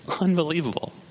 Unbelievable